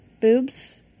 boobs